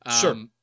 Sure